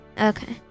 Okay